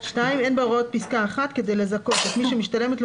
" (2)אין בהוראות פסקה (1) כדי לזכות את מי שמשתלמת לו